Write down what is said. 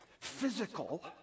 physical